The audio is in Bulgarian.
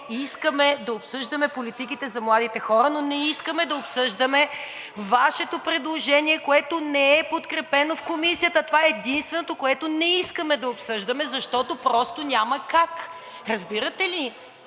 искаме да обсъждаме политиките за младите хора, но не искаме да обсъждаме Вашето предложение, което не е подкрепено в Комисията. Това е единственото, което не искаме да обсъждаме, защото просто няма как! Разбирате ли?!